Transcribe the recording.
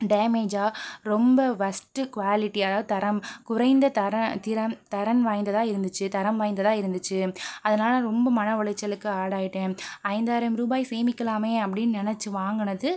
டேமேஜ்ஜாக ரொம்ப ஒர்ஸ்ட் குவாலிட்டியாக தரம் குறைந்த தரன் திறம் தரன் வாய்ந்ததாக இருந்துச்சு தரம் வாய்ந்ததாக இருந்துச்சு அதனால் ரொம்ப மனஉளைச்சலுக்கு ஆளாகிட்டேன் ஐந்தாயிரம் ரூபாய் சேமிக்கலாமே அப்படினு நினச்சி வாங்குனது